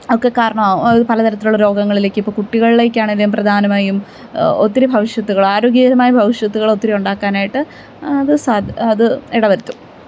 ഒക്കെ കാരണമാവും അത് പല തരത്തിലുള്ള രോഗങ്ങളിലേക്ക് ഇപ്പം കുട്ടികൾളേക്കാണേലും പ്രധാനമായും ഒത്തിരി ഭവിഷ്യത്ത്കൾ ആരോഗ്യകരമായ ഭവിഷ്യത്ത്കൾ ഒത്തിരി ഉണ്ടാക്കാനായിട്ട് അത് അത് ഇടവരുത്തും